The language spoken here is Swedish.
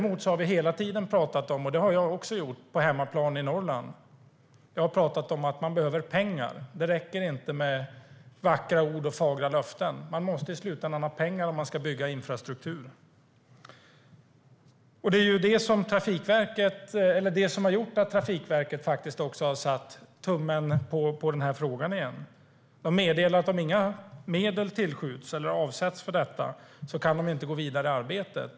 Men vi har hela tiden pratat om att man behöver pengar. Det har jag också gjort på hemmaplan i Norrland. Det räcker inte med vackra ord och fagra löften. Man måste i slutändan ha pengar om man ska bygga infrastruktur. Det är det som har gjort att Trafikverket satt tummen på den här frågan igen och meddelat att de inte kan gå vidare i arbetet om inga medel tillskjuts eller avsätts.